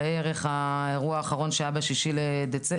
ראה ערך האירוע האחרון שהיה ב-6 בפברואר,